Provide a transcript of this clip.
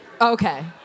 Okay